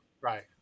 right